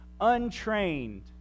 untrained